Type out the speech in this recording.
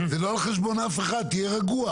זה לא על חשבון אף אחד, תהיה רגוע.